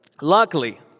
Luckily